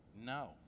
No